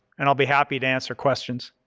and i'll be happy to answer questions.